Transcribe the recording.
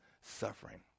suffering